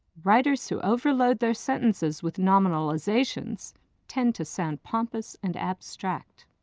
writers who overload their sentences with nominalizations tend to sound pompous and abstract.